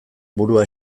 burua